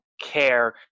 care